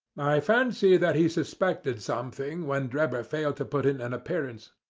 fancy that he suspected something when drebber failed to put in an appearance.